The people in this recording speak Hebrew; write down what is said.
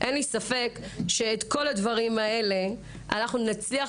אין לי ספק שאת כל הדברים האלה אנחנו נצליח